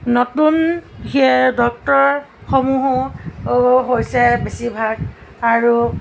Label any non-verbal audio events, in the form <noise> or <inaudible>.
নতুন <unintelligible> ডক্তৰসমূহো হৈছে বেছিভাগ আৰু